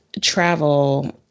travel